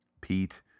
Pete